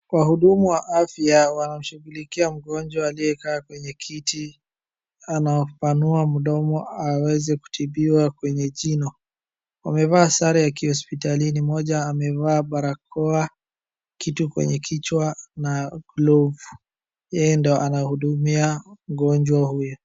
Wahudumu wa afya wanashughulikia mgonjwa aliyekaa kwenye kiti. Anapanua mdomo aweze kutibiwa kwenye jino. Wamevaa sare ya kihospitalini mmoja amevaa barakoa, kitu kwenye kichwa glovu. Yeye ndio anahudumia mgonjwa huyu.